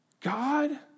God